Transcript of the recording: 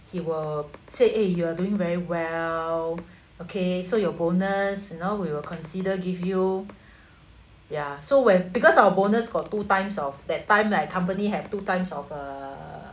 he will say eh you are doing very well okay so your bonus now we will consider give you ya so when because our bonus got two times of that time my company have two times of uh